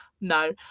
no